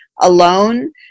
alone